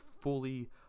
fully